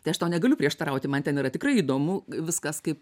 tai aš tau negaliu prieštarauti man ten yra tikrai įdomu viskas kaip